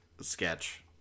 sketch